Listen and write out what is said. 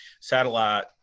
satellite